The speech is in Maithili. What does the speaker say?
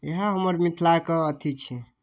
इएह हमर मिथिलाके अथी छी